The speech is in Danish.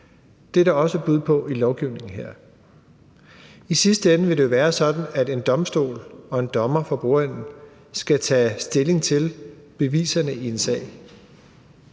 Det er der også et bud på i lovgivningen her. I sidste ende vil det jo være sådan, at en domstol og en dommer for bordenden skal tage stilling til beviserne i en sag.